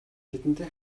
тэдэнтэй